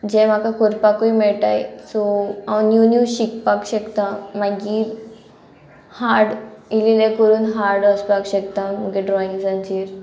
जे म्हाका करपाकूय मेळटाय सो हांव न्यू न्यू शिकपाक शकता मागीर हार्ड इल्ले इल्ले करून हार्ड वसपाक शकता म्हगे ड्रॉइंग्सांचेर